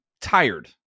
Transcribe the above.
tired